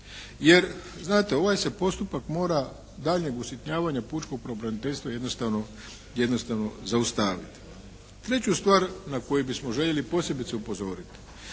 Jer znate, ovaj se postupak mora daljnjeg usitnjavanja pučkog pravobraniteljstva jednostavno zaustaviti. Treću stvar na koju bismo željeli posebice upozoriti